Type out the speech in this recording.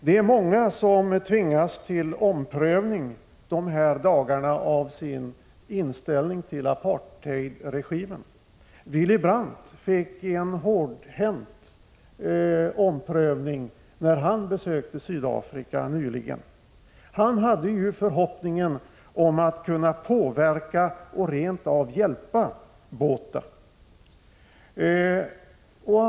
Det är många som dessa dagar tvingas till en omprövning av sin inställning till apartheidregimen. Willy Brandt fick göra en hårdhänt omprövning när han nyligen besökte Sydafrika. Han hade ju förhoppningen om att kunna påverka och rent av hjälpa Botha.